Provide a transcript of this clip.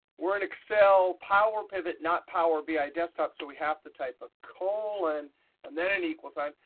we're in excel powerpivot, not power bi desktop, so we have to type a colon and then an equals sign.